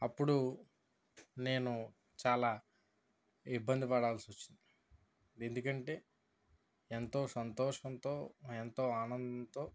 అప్పుడు నేను చాలా ఇబ్బందిపడాల్సి వచ్చింది ఎందుకంటే ఎంతో సంతోషంతో ఎంతో ఆనందంతో